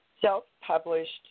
Self-published